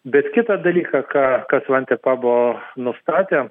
bet kitą dalyką ką ką svantė pabo nustatė